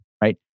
right